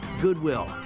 Goodwill